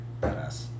Badass